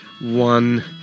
one